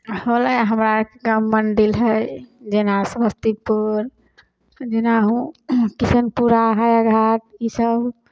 होलै हमरा आरके मन्डिल हइ जेना समस्तीपुर जेना ओ किशनपुरा हइ हाइघाट ईसब